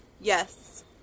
Yes